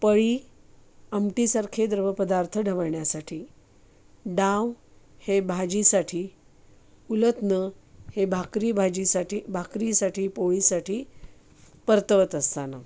पळी अमटीसारखे द्रवपदार्थ ढवळण्यासाठी डाव हे भाजीसाठी उलथनं हे भाकरी भाजीसाठी भाकरीसाठी पोळीसाठी परतवत असताना